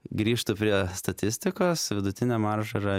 grįžtu prie statistikos vidutinė marža yra